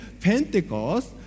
Pentecost